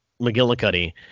McGillicuddy